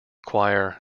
choir